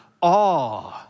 awe